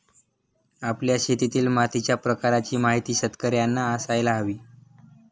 आपल्या शेतातील मातीच्या प्रकाराची माहिती शेतकर्यांना असायला हवी